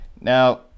Now